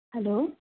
hello